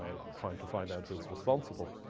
ah trying to find out who's responsible.